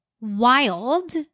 wild